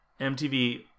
MTV